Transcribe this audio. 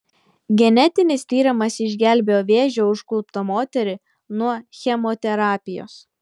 genetinis tyrimas išgelbėjo vėžio užkluptą moterį nuo chemoterapijos